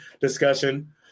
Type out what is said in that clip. discussion